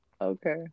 Okay